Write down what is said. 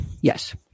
Yes